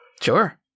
Sure